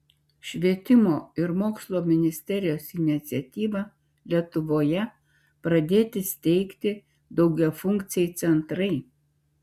švietimo ir mokslo ministerijos iniciatyva lietuvoje pradėti steigti daugiafunkciai centrai